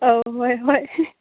ꯑꯧ ꯍꯣꯏ ꯍꯣꯏ